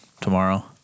tomorrow